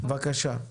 בבקשה.